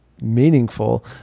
meaningful